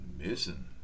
missing